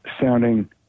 sounding